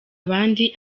abandi